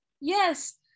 yes